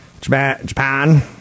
Japan